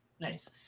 Nice